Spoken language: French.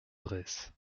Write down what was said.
bresse